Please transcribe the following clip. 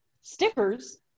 stickers